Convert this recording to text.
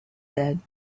said